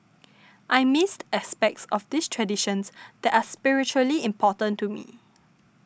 I missed aspects of these traditions that are spiritually important to me